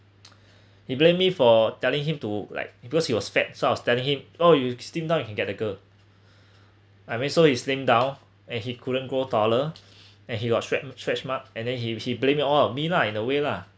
he blamed me for telling him to like because he was fat so I was telling him oh you slim down you can get the girl I mean so he slim down and he couldn't go taller and he was str~ strech mark and then he he blame it all on me lah in the way lah